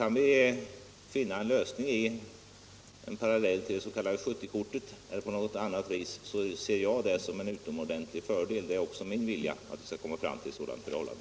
Kan vi finna en lösning i en parallell till det s.k. 70-kortet eller på något annat sätt ser jag det såsom en utomordentlig fördel. Min önskan är att vi skall komma fram till ett sådant förhållande.